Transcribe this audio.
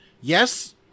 yes